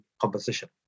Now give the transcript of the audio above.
composition